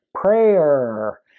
prayer